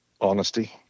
Honesty